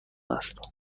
است